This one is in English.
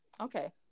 Okay